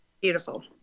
beautiful